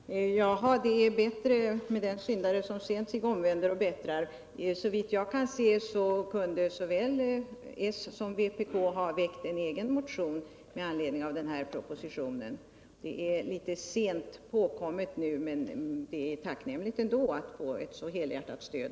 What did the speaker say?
Herr talman! Det är bra med den syndare som sent sig omvänder och bättrar. Såvitt jag kan.se kunde såväl s som vpk ha väckt en egen motion med anledning av denna proposition. Det är litet sent påkommet, men det är ändå tacknämligt att nu få helhjärtat stöd.